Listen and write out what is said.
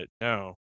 no